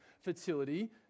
fertility